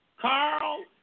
Carl